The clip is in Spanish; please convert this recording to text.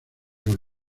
con